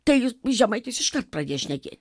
tai žemaitis iškart pradės šnekėti